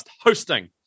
hosting